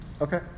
Okay